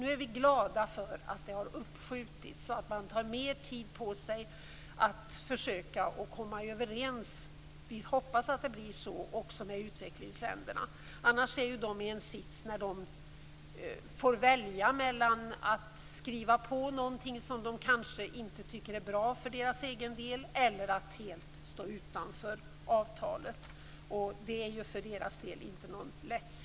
Nu är vi glada för att ikraftträdandet har uppskjutits och att man tar mer tid på sig att försöka komma överens. Vi hoppas att det blir så också med utvecklingsländerna. Annars är de i en sits där de får välja mellan att skriva på någonting som de kanske inte tycker är bra för deras egen del eller att helt stå utanför avtalet. Det är för deras del inte någon lätt sits.